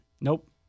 Nope